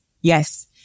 Yes